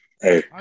Hey